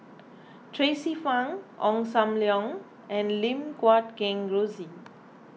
Tracie Pang Ong Sam Leong and Lim Guat Kheng Rosie